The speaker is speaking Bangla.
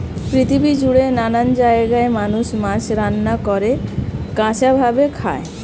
পৃথিবী জুড়ে নানান জায়গায় মানুষ মাছ রান্না করে, কাঁচা ভাবে খায়